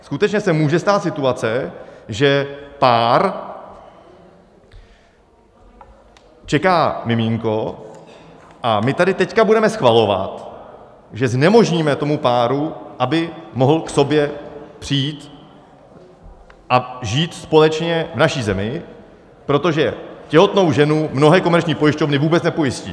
Skutečně se může stát situace, že pár čeká miminko, a my tady teď budeme schvalovat, že znemožníme tomu páru, aby mohl k sobě přijít a žít společně v naší zemi, protože těhotnou ženu mnohé komerční pojišťovny vůbec nepojistí.